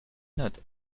not